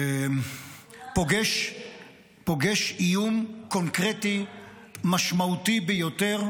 פוגש איום קונקרטי משמעותי ביותר.